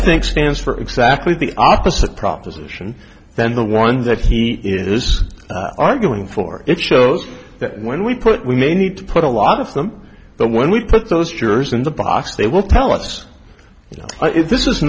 think stands for exactly the opposite proposition than the one that he is arguing for it shows that when we put we may need to put a lot of them there when we put those jurors in the box they will tell us